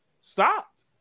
stopped